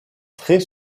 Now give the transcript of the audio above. très